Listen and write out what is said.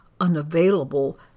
unavailable